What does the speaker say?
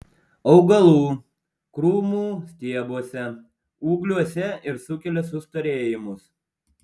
augalų krūmų stiebuose ūgliuose ir sukelia sustorėjimus